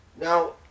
Now